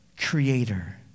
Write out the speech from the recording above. Creator